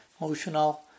emotional